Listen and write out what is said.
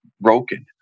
broken